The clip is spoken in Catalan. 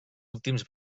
últims